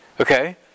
Okay